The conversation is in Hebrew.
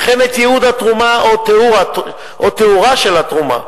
וכן את ייעוד התרומה או תיאורה של התרומה,